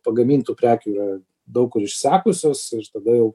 pagamintų prekių yra daug kur išsekusios ir tada jau